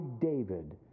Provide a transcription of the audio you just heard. David